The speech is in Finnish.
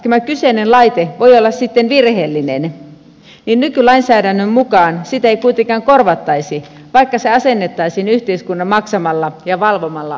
tämä kyseinen laite voi olla sitten virheellinen mutta nykylainsäädännön mukaan sitä ei kuitenkaan korvattaisi vaikka se asennettaisiin yhteiskunnan maksamalla ja valvomalla hoidolla